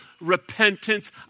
repentance